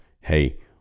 hey